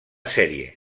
sèrie